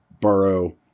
Burrow